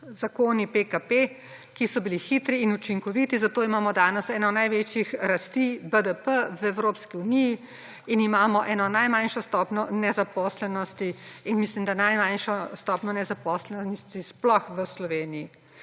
zakoni PKP, ki so bili hitri in učinkoviti, zato imamo danes eno največjih rasti BDP v Evropski uniji in imamo eno najmanjšo stopnjo nezaposlenosti in mislim, da najmanjšo stopnjo nezaposlenosti sploh v Sloveniji.